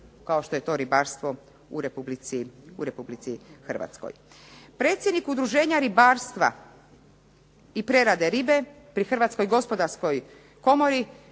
kao što je to ribarstvo u Republici Hrvatskoj. Predsjednik Udruženja ribarstva i prerade ribe pri Hrvatskoj gospodarskoj komori,